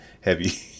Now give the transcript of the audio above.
heavy